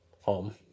home